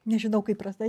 nežinau kaip rasa